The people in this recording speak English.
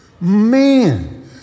man